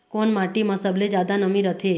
कोन माटी म सबले जादा नमी रथे?